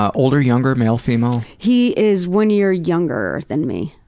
ah older, younger, male, female? he is one year younger than me.